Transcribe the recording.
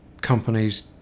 companies